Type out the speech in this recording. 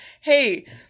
Hey